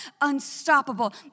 unstoppable